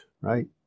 right